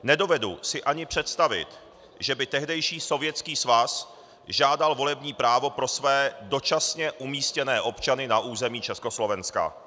Nedovedu si ani představit, že by tehdejší Sovětský svaz žádal volební právo pro své dočasně umístěné občany na území Československa.